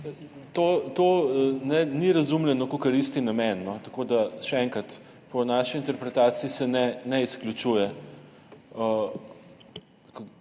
To ni razumljeno kakor isti namen, tako da, še enkrat, se po naši interpretaciji ne izključuje.